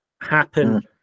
happen